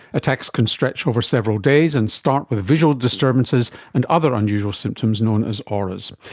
attacks can stretch over several days and start with visual disturbances and other unusual symptoms known as auras.